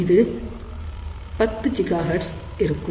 இது 10GHz இருக்கும்